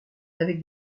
avec